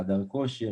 חדר כושר,